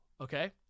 okay